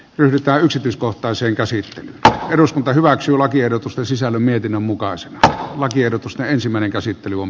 yhtä yksityiskohtaisen käsitystä että eduskunta hyväksyy lakiehdotusta sisällä mietinnön mukaan se että lakiehdotusta ensimmäinen käsittely on